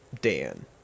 Dan